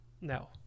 No